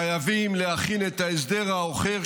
חייבים להכין את ההסדר האחר,